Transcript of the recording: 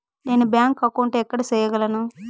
నేను bank account ఎక్కడ సేయగలను